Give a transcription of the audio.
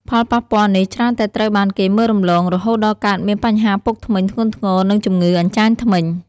ផលប៉ះពាល់នេះច្រើនតែត្រូវបានគេមើលរំលង រហូតដល់កើតមានបញ្ហាពុកធ្មេញធ្ងន់ធ្ងរ និងជំងឺអញ្ចាញធ្មេញ។